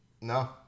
No